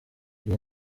iyi